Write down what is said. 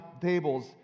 tables